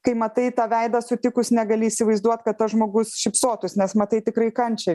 kai matai tą veidą sutikus negali įsivaizduot kad tas žmogus šypsotųs nes matai tikrai kančią